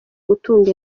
gutunga